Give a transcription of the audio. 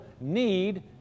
need